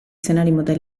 tradizionali